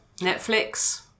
Netflix